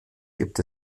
gibt